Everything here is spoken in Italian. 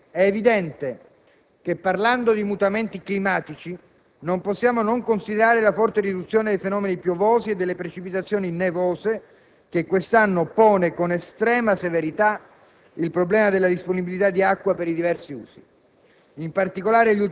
Infine, è evidente che, parlando di mutamenti climatici, non possiamo non considerare la forte riduzione dei fenomeni piovosi e delle precipitazioni nevose che quest'anno pone, con estrema severità, il problema della disponibilità di acqua per i diversi usi.